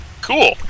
cool